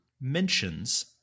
mentions